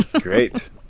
Great